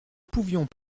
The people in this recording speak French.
pouvions